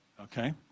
Okay